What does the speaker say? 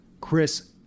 Chris